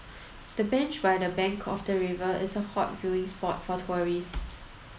the bench by the bank of the river is a hot viewing spot for tourists